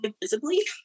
visibly